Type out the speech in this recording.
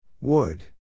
Wood